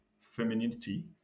femininity